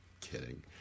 kidding